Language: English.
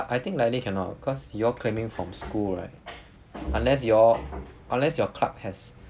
but I think likely cannot cause you all claiming from school [what] unless your unless your club has